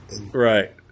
right